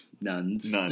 nuns